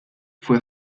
fue